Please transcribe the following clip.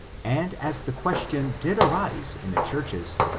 and as the question did arise in the churches,